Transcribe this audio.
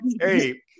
hey